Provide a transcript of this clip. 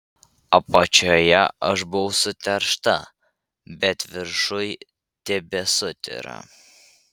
apačioje aš buvau suteršta bet viršuj tebesu tyra